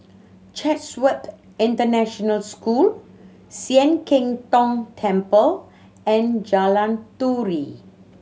Chatsworth International School Sian Keng Tong Temple and Jalan Turi